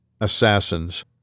assassins